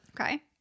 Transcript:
Okay